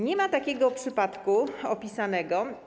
Nie ma takiego przypadku opisanego.